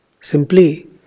Simply